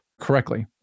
correctly